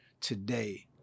today